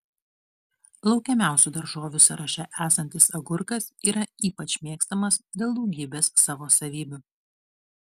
laukiamiausių daržovių sąraše esantis agurkas yra ypač mėgstamas dėl daugybės savo savybių